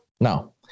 No